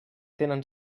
tenen